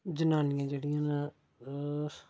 जनानियां जेह्ड़ियां न ओह्